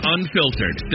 Unfiltered